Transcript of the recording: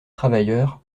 travailleurs